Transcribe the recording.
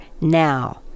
now